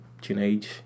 teenage